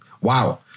wow